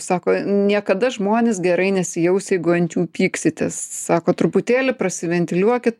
sako niekada žmonės gerai nesijaus jeigu ant jų pyksite sako truputėlį prasiventiliuokit